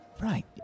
right